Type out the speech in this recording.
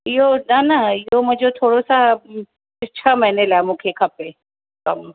इहो न न इहो मुंहिंजो थोरो छा छह महीने लाइ मूंखे खपे कमु